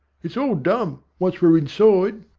it's all done, once we're inside!